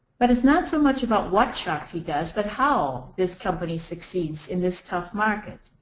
but it's not so much about what shakti does but how this company succeeds in this tough market.